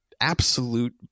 absolute